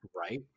Right